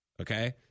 Okay